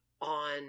on